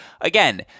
Again